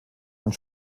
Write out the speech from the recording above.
und